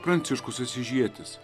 pranciškus asyžietis